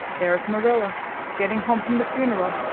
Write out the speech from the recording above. there's marilla getting home from the funeral,